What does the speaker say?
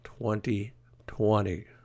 2020